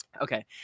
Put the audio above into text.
okay